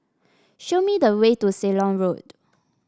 show me the way to Ceylon Road